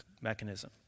mechanism